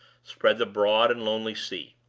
spread the broad and lonely sea.